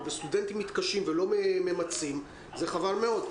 וסטודנטים מתקשים לא ממצים זה חבל מאוד.